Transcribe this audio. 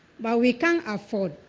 but we can't afford